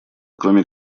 кроме